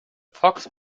fox